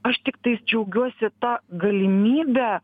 aš tiktais džiaugiuosi ta galimybe